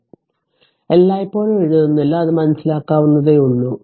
അതിനാൽ എല്ലായ്പ്പോഴും എഴുതുന്നില്ല അത് മനസ്സിലാക്കാവുന്നതേയുള്ളൂ